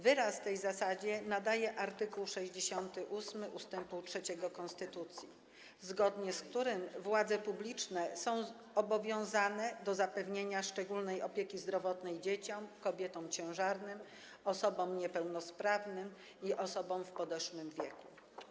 Wyraz tej zasadzie nadaje art. 68 ust. 3 konstytucji, zgodnie z którym władze publiczne są obowiązane do zapewnienia szczególnej opieki zdrowotnej dzieciom, kobietom ciężarnym, osobom niepełnosprawnym i osobom w podeszłym wieku.